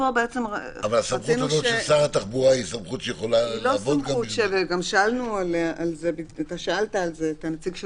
אבל הסמכות הזו של שר התחבורה היא סמכות שיכולה לעבוד גם בשעת חירום?